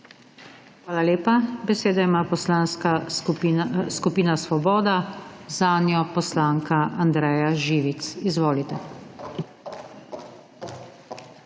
Hvala lepa. Besedo ima Poslanska skupina Svoboda, zanjo poslanka Andreja Živic. Izvolite.